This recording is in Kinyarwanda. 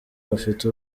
bafite